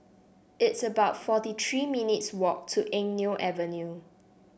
it's about forty three minutes' walk to Eng Neo Avenue